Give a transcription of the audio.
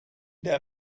der